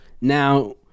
Now